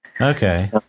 Okay